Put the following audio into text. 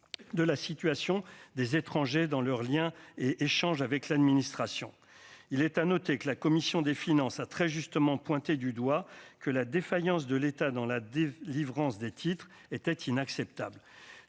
de la situation des étrangers dans leurs Liens et échanges avec l'administration, il est à noter que la commission des finances, a très justement pointé du doigt que la défaillance de l'État dans la délivrance des titres était inacceptable,